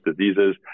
diseases